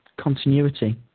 continuity